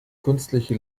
künstliche